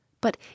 but